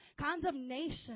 Condemnation